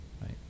right